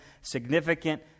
significant